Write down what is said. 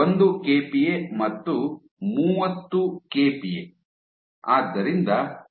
ಒಂದು ಕೆಪಿಎ ಮತ್ತು ಮೂವತ್ತು ಕೆಪಿಎ